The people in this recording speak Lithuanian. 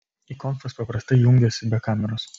į konfas paprastai jungiuosi be kameros